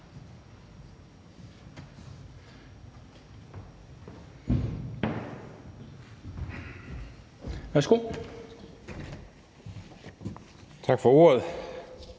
havde. Tak for ordet.